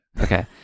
Okay